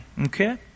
Okay